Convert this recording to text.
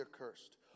accursed